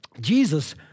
Jesus